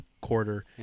quarter